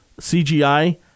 CGI